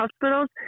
Hospitals